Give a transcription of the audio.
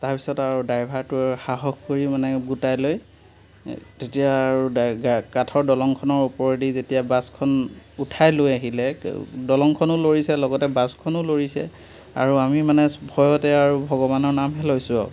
তাৰপিছত আৰু ড্ৰাইভাৰটোৱে সাহস কৰি মানে গোটাই লৈ তেতিয়া আৰু কাঠৰ দলঙখনৰ ওপৰেদি যেতিয়া বাছখন উঠাই লৈ আহিলে দলঙখনো লৰিছে লগতে বাছখনো লৰিছে আৰু আমি মানে ভয়তে আৰু ভগৱানৰ নামহে লৈছোঁ আৰু